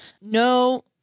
no